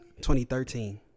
2013